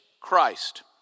Christ